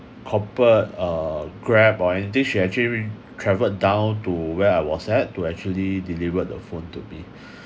copper~ uh Grab or anything she actually went travelled down to where I was at to actually delivered the phone to me